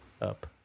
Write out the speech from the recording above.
up